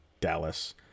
Dallas